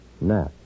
Nat